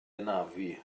hanafu